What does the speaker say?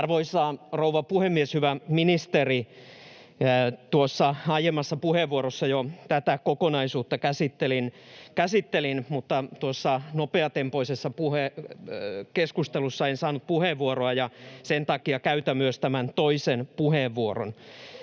Arvoisa rouva puhemies! Hyvä ministeri! Tuossa aiemmassa puheenvuorossa jo tätä kokonaisuutta käsittelin, mutta tuossa nopeatempoisessa keskustelussa en saanut puheenvuoroa, ja sen takia käytän myös tämän toisen puheenvuoron.